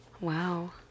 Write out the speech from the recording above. Wow